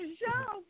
show